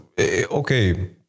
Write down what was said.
Okay